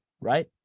right